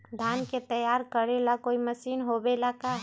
धान के तैयार करेला कोई मशीन होबेला का?